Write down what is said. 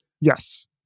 Yes